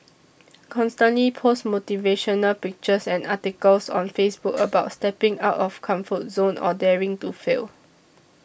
constantly post motivational pictures and articles on Facebook about stepping out of comfort zone or daring to fail